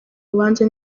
rubanza